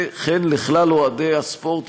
וכן לכלל אוהדי הספורט,